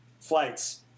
flights